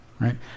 right